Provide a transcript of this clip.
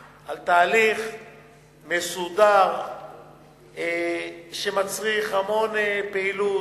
על תהליך מסודר שמצריך המון פעילות,